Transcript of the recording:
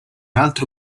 altro